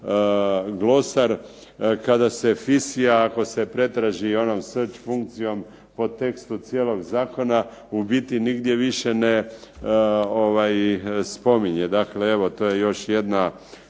glosar, kada se fisija ako se pretraži onom search funkcijom po tekstu cijelog zakona u biti nigdje više ne spominje. Dakle evo to je još jedna